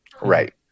Right